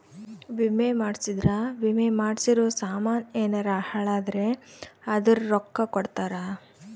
ವಿಮೆ ಮಾಡ್ಸಿದ್ರ ವಿಮೆ ಮಾಡ್ಸಿರೋ ಸಾಮನ್ ಯೆನರ ಹಾಳಾದ್ರೆ ಅದುರ್ ರೊಕ್ಕ ಕೊಡ್ತಾರ